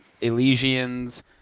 Elysian's